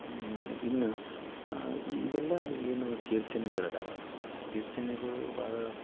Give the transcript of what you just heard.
ಇನ್ನ ಈ ಇವೆಲ್ಲ ಏನು ಕೀರ್ತನೆಗಳದಾವಲ್ಲ ಕೀರ್ತನೆಗಳು ಭಾಳ